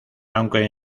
aunque